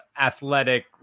athletic